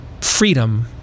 freedom